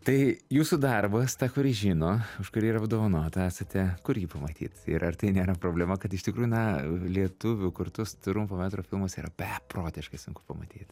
tai jūsų darbas ta kuri žino už kurį ir apdovanota esate kur jį pamatyt ir ar tai nėra problema kad iš tikrųjų na lietuvių kurtus trumpo metro filmus yra beprotiškai sunku pamatyt